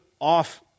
off